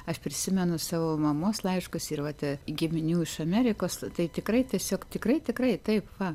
aš prisimenu savo mamos laiškus ir vat giminių iš amerikos tai tikrai tiesiog tikrai tikrai taip va